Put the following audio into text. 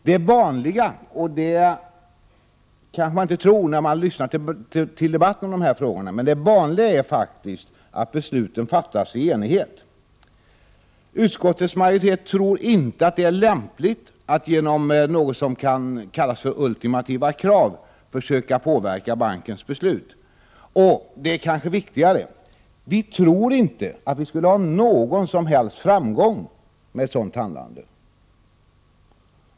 Det vanliga är faktiskt, vilket man kanske inte tror när man lyssnar till debatten om dessa frågor, att besluten fattas i enighet. Utskottets majoritet tror inte att det är lämpligt att man genom något som kan kallas ultimativa krav försöker påverka bankens beslut. Och, vilket kanske är viktigare, vi tror inte att vi skulle ha någon som helst framgång med ett sådant handlande.